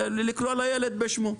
אנחנו צריכים לקרוא לילד בשמו,